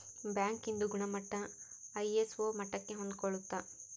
bank ಇಂದು ಗುಣಮಟ್ಟ ISO ಮಟ್ಟಕ್ಕೆ ಹೊಂದ್ಕೊಳ್ಳುತ್ತ